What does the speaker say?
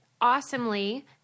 awesomely